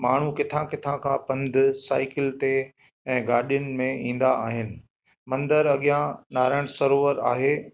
माण्हू किथां किथां खां पंधु साइकिल ते ऐं गाॾियुनि में ईंदा आहिनि मंदरु अॻियां नारायण सरोवर आहे